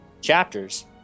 chapters